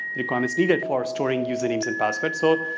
economist leader for storing usernames and password. so